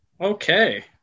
Okay